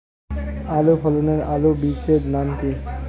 ভালো ফলনের আলুর বীজের নাম কি?